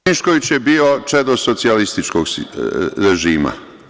Mišković je bio čedo socijalističkog režima.